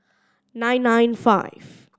nine nine five